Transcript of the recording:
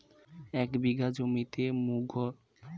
এক বিঘা জমিতে মুঘ কলাই চাষ করলে শতকরা কত ভাগ শুটিং একসাথে পাকে?